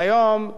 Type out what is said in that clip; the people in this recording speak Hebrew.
והיום,